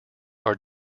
are